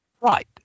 Right